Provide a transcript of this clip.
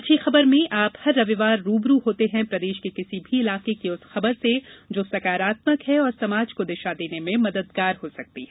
अच्छी खबरमें आप हर रविवार रूबरू होते हैं प्रदेश के किसी भी इलाके की उस खबर से जो सकारात्मक है और समाज को दिशा देने में मददगार हो सकती है